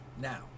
Now